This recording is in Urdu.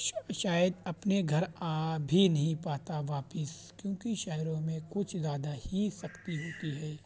شاید اپنے گھر آ بھی نہیں پاتا واپس کیوں کہ شہروں میں کچھ زیاہ ہی سختی ہوتی ہے